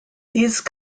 these